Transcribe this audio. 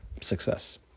success